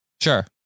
Sure